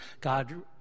God